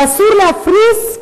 ואסור להפריז,